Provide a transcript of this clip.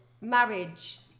marriage